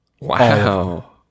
Wow